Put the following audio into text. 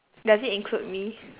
does it include me